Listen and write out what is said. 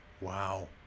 Wow